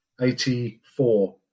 84